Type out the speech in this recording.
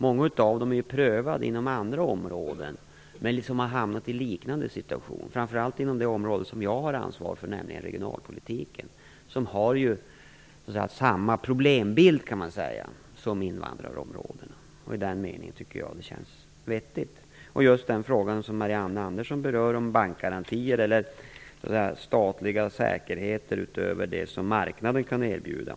Många är prövade inom andra områden. Det finns liknande situationer, framför allt inom det område som jag har ansvar för, nämligen regionalpolitiken. Där finns det samma problembild som invandrarområdet. I den meningen tycker jag att det här känns vettigt. Marianne Andersson berör frågan om bankgarantier eller statliga säkerheter utöver det som marknaden kan erbjuda.